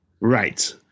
Right